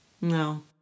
No